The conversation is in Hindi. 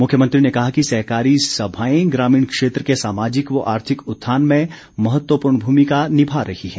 मुख्यमंत्री ने कहा कि सहकारी सभाए ग्रामीण क्षेत्र के सामाजिक व आर्थिक उत्थान में महत्वपूर्ण भूमिका निभा रही हैं